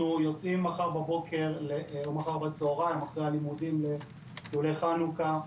אנחנו יוצאים מחר בצהריים אחרי הלימודים לטיולי חנוכה,